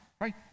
right